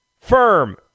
firm